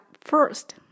first